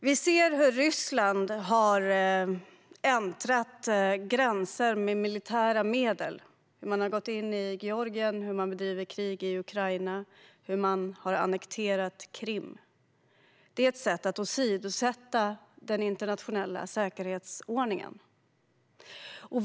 Vi ser hur Ryssland har gått över gränser med militära medel - hur man har gått in i Georgien, hur man bedriver krig i Ukraina och hur man har annekterat Krim. Det är ett sätt att åsidosätta den internationella säkerhetsordningen.